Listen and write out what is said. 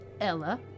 Ella